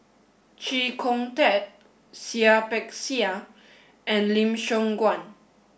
Chee Kong Tet Seah Peck Seah and Lim Siong Guan